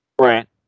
Right